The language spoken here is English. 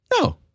No